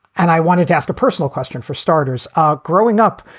and i wanted to ask a personal question, for starters, are growing up.